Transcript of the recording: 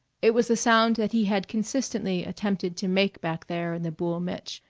it was the sound that he had consistently attempted to make back there in the boul' mich',